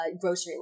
grocery